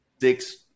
six